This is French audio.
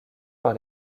par